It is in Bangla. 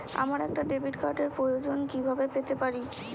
আমার একটা ডেবিট কার্ডের প্রয়োজন কিভাবে পেতে পারি?